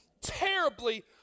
terribly